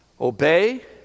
Obey